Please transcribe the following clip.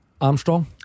Armstrong